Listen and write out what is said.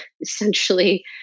essentially